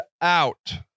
out